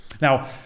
Now